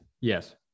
Yes